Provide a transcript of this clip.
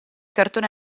cartone